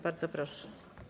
Bardzo proszę.